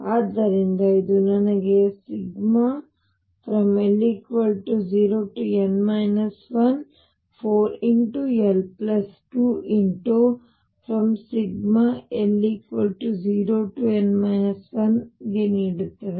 ಆದ್ದರಿಂದ ಇದು ನನಗೆ 4l0n 1l2l0n 11 ನೀಡುತ್ತದೆ